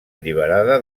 alliberada